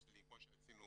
כמו שעשינו